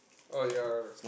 oh ya